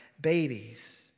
babies